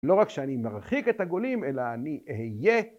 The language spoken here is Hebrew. ‫לא רק שאני מרחיק את הגולים, ‫אלא אני אהיה